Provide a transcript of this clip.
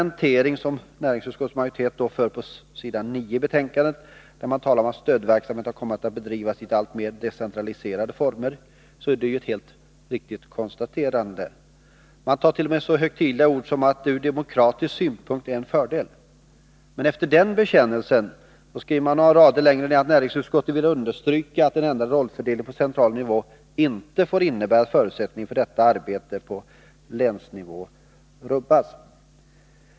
Näringsutskottets majoritet konstaterar på s. 9 i betänkandet att stödverksamheten har kommit att bedrivas i alltmer decentraliserade former. Detta är helt riktigt. Man tar t.o.m. till så högtidliga ord som att detta från demokratisk synpunkt är en fördel. Men efter den bekännelsen skriver man några rader längre ned att näringsutskottet vill understryka att en ändrad rollfördelning på central nivå inte får innebära att förutsättningen för detta arbete på länsnivå rubbas.